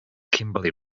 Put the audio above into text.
kimberly